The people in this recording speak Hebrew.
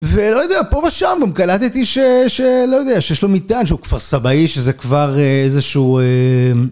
ולא יודע פה ושם גם קלטתי שלא יודע שיש לו מטען שהוא כפר סבאי שזה כבר איזה שהוא